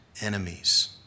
Enemies